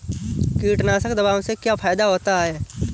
कीटनाशक दवाओं से क्या फायदा होता है?